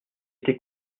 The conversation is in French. été